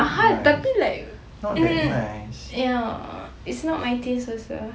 mahal tapi like mm ya it's not my taste also